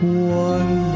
one